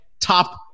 top